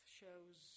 shows